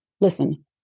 Listen